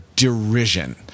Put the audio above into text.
derision